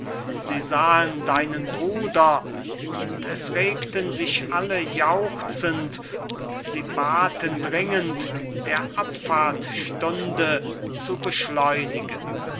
sie sahen deinen bruder und es regten sich alle jauchzend und sie baten dringend der abfahrt stunde zu beschleunigen